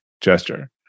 gesture